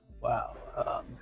Wow